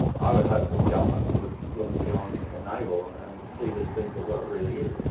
i would hope that government would look beyond their navel and and see this thing for what it really is.